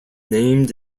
named